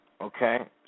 Okay